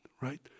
right